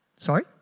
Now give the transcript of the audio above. Sorry